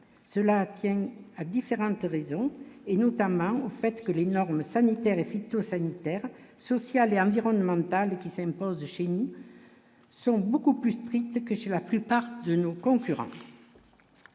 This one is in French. cela tient à différentes raisons et notamment au fait que les normes sanitaires et phytosanitaires sociales et environnementales qui s'impose chez nous sont beaucoup plus strictes que chez la plupart de nos concurrents.